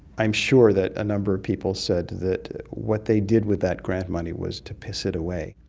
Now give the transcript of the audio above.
i'm sure that a number of people said that what they did with that grant money was to piss it away.